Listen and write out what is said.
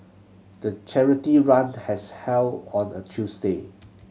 the charity run has held on a Tuesday